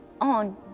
on